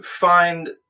find